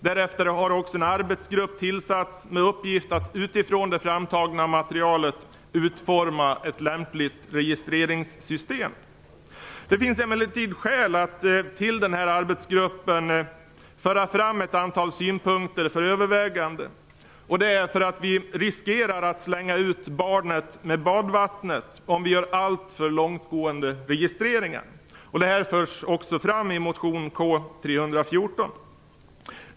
Därefter har också en arbetsgrupp tillsatts med uppgift att utifrån det framtagna materialet utforma ett lämpligt registreringssystem. Det finns emellertid skäl att till den här arbetsgruppen föra fram ett antal synpunkter för övervägande. Vi riskerar nämligen att slänga ut barnet med badvattnet om vi gör alltför långtgående registreringar. Det här förs också fram i motion K314.